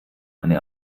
eine